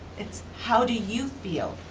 it's how do you feel